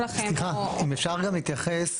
סליחה אם אפשר גם להתייחס.